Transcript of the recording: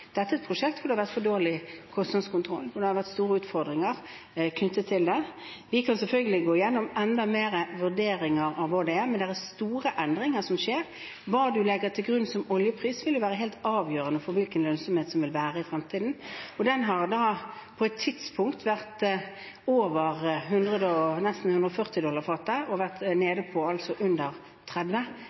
Dette er et prosjekt hvor det har vært for dårlig kostnadskontroll, og det har vært store utfordringer knyttet til det. Vi kan selvfølgelig gå igjennom enda flere vurderinger av hvordan det er, men det er store endringer som skjer. Hvilken oljepris man legger til grunn, vil være helt avgjørende for hvilken lønnsomhet det vil være i fremtiden. Oljeprisen har på et tidspunkt vært på nesten 140 dollar fatet og har vært nede på under 30